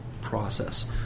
Process